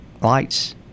lights